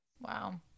Wow